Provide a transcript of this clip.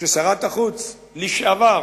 ששרת החוץ לשעבר,